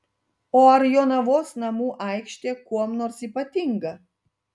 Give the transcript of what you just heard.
o ar jonavos namų aikštė kuom nors ypatinga